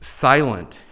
silent